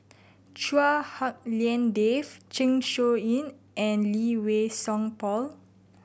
Chua Hak Lien Dave Zeng Shouyin and Lee Wei Song Paul